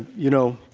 you know,